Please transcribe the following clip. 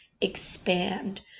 expand